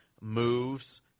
moves